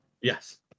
Yes